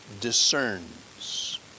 discerns